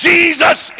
Jesus